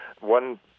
One